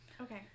Okay